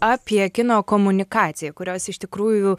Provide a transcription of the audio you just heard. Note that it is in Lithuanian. apie kino komunikaciją kurios iš tikrųjų